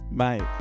Mate